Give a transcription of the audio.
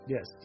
Yes